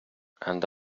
and